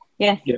Yes